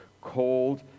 called